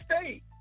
state